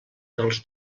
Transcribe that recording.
dels